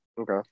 Okay